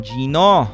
Gino